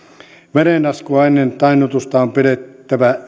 verenlaskua ennen tainnutusta on pidettävä